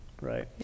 right